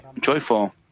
joyful